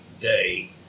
day